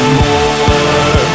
more